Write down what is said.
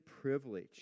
privilege